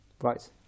Right